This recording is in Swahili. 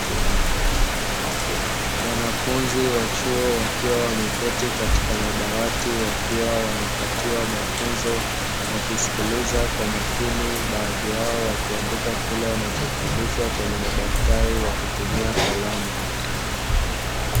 Wanafunzi wa chuo wakiwa wameketi katika madawati wakiwa wanapatiwa mafunzo wakisikiliza kwa makini baadhi yao wakiandika kila wanachofundishwa kwenye madaftari wakitumia kalamu.